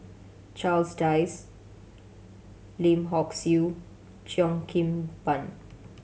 Charles Dyce Lim Hock Siew Cheo Kim Ban